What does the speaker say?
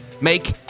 make